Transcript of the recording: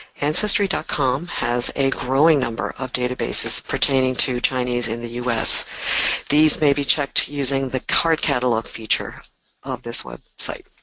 ancestry dot com has a growing number of databases pertaining to chinese in the us these may be checked using the card catalog feature of this website.